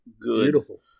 beautiful